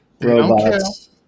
robots